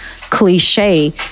cliche